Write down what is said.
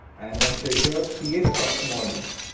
and once you're here create a custom audience.